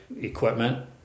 equipment